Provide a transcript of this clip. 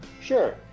Sure